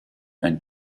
and